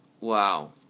wow